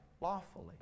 lawfully